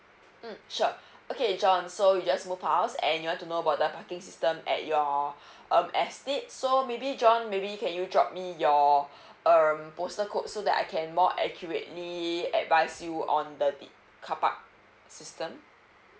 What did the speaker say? mm sure okay J O H N so you just move house and you want to know about the parking system at your um estate so maybe J O H N maybe can you drop me your um postal code so that I can more accurately advise you on the carpark system